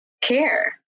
care